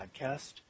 podcast